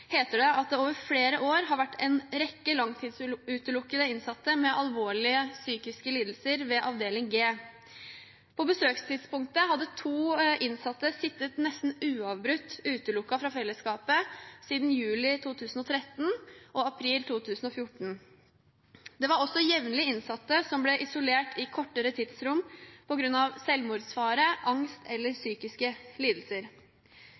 heter det at det over flere år har vært en rekke langtidsutelukkede innsatte med alvorlige psykiske lidelser ved avdeling G. På besøkstidspunktet hadde to innsatte sittet nesten uavbrutt utelukket fra fellesskapet siden juli 2013 og april 2014. Det var også jevnlig innsatte som ble isolert i kortere tidsrom på grunn av selvmordsfare, angst eller psykiske lidelser.